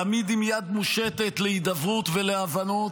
ותמיד עם יד מושטת להידברות ולהבנות.